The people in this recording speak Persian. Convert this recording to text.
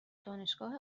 دانشگاه